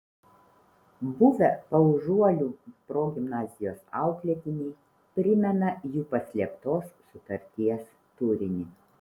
buvę paužuolių progimnazijos auklėtiniai primena jų paslėptos sutarties turinį